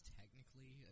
technically